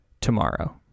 tomorrow